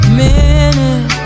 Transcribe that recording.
minute